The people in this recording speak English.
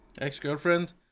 ex-girlfriend